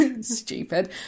stupid